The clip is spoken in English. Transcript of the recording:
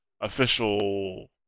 official